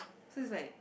so it's like